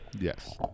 Yes